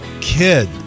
kid